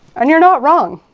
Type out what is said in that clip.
and you're not wrong.